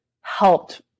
helped